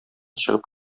чыгып